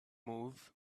move